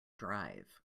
drive